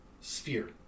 sphere